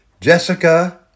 Jessica